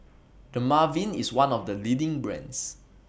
Dermaveen IS one of The leading brands